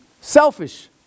Selfish